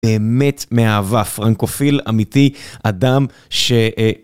באמת מהאהבה, פרנקופיל אמיתי, אדם ש...